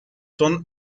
son